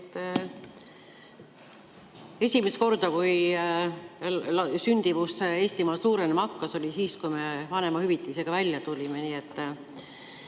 Esimest korda, kui sündimus Eestimaal suurenema hakkas, oli siis, kui me vanemahüvitisega välja tulime,